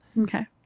Okay